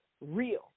real